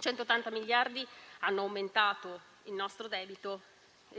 180 miliardi hanno aumentato il nostro debito,